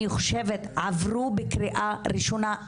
אני חושבת עברו בקריאה ראשונה.